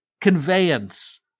conveyance